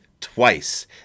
twice